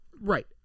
Right